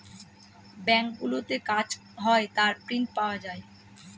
ব্যাঙ্কগুলোতে কাজ হয় তার প্রিন্ট পাওয়া যায়